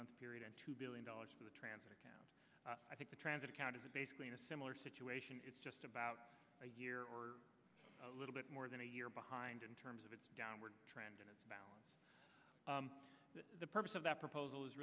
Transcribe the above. month period and two billion dollars for the transit account i think the transit account of the basically in a similar situation it's just about a year or a little bit more than a year behind in terms of its downward trend and it's about that the purpose of that proposal is